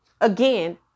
again